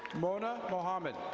mona mohammad.